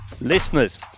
Listeners